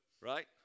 Right